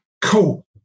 Cool